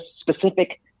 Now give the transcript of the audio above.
specific